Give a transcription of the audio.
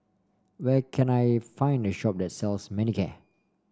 where can I find a shop that sells Manicare